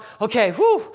Okay